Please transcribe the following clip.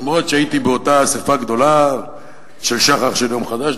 אף-על-פי שהייתי באותה אספה גדולה של "שחר של יום חדש",